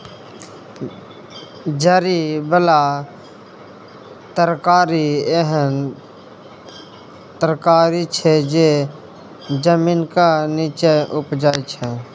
जरि बला तरकारी एहन तरकारी छै जे जमीनक नींच्चाँ उपजै छै